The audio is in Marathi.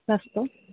सस्तं